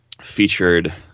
featured